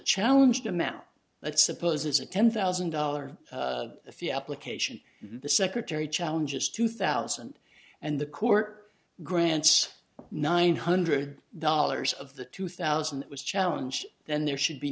challenge to math let's suppose it's a ten thousand dollars fee application the secretary challenges two thousand and the court grants nine hundred dollars of the two thousand it was challenge then there should be